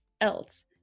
else